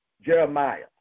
Jeremiah